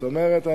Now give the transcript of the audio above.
זאת אומרת,